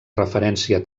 referència